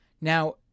Now